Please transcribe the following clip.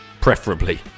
preferably